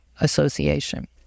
association